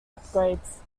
upgrades